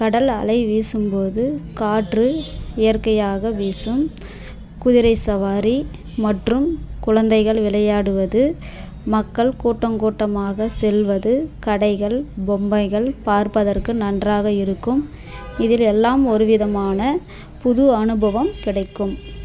கடல் அலை வீசும்போது காற்று இயற்கையாக வீசும் குதிரை சவாரி மற்றும் குழந்தைகள் விளையாடுவது மக்கள் கூட்டம் கூட்டமாக செல்வது கடைகள் பொம்மைகள் பார்ப்பதற்கு நன்றாக இருக்கும் இதில் எல்லாம் ஒரு விதமான புது அனுபவம் கிடைக்கும்